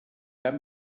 cap